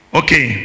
okay